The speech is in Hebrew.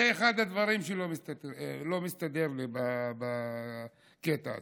זה אחד הדברים שלא מסתדרים לי בקטע הזה.